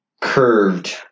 curved